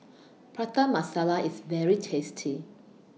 Prata Masala IS very tasty